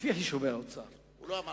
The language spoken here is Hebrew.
לפי חישובי האוצר,